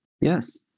Yes